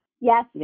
Yes